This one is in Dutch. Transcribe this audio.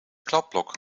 kladblok